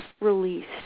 released